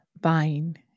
buying